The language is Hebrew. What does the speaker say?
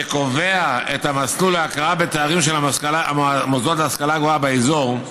שקובע את המסלול להכרה בתארים של המוסדות להשכלה גבוהה באזור,